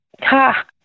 ha